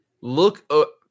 Look